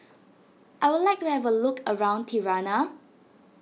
I would like to have a look around Tirana